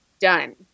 Done